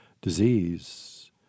disease